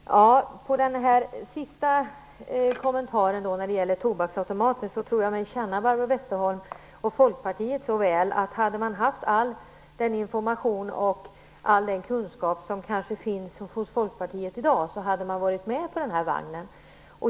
Fru talman! Apropå den sista kommentaren, den om tobaksautomaterna, vill jag säga att jag tror mig känna Barbro Westerholm och Folkpartiet tillräckligt väl för att kunna säga: Hade Folkpartiet haft all den information och all den kunskap som finns där i dag, hade man varit med på vagnen.